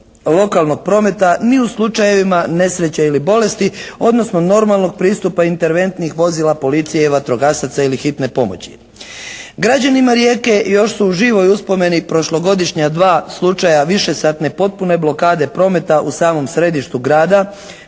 lokalnog prometa ni u slučajevima nesreće ili bolesti, odnosno normalnog pristupa interventnih vozila policije i vatrogasaca ili hitne pomoći. Građanima Rijeke i još su u živoj uspomeni prošlogodišnja dva slučaja višesatne potpune blokade prometa u samom središtu grada